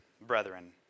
brethren